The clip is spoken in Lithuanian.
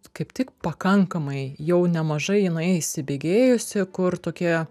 kaip tik pakankamai jau nemažai jinai įsibėgėjusi kur tokie